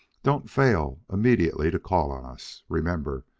don't fail immediately to call on us. remember,